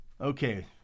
Okay